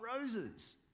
roses